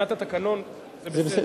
ומבחינת התקנון זה בסדר.